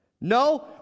No